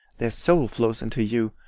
their soul flows into you,